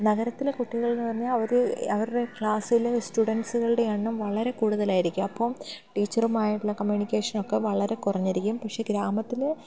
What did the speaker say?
നഗരത്തിലെ കുട്ടികളെന്ന് പറഞ്ഞാൽ അവർ അവരുടെ ക്ലാസ്സിൽ സ്റ്റുഡൻറ്സുകളുടെ എണ്ണം വളരെ കൂടുതലായിരിക്കും അപ്പം ടീച്ചറുമായിട്ടുള്ള കമ്മ്യൂണിക്കേഷനൊക്കെ വളരെ കുറഞ്ഞിരിക്കും പക്ഷെ ഗ്രാമത്തിൽ